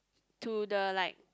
to the like